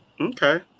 Okay